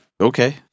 Okay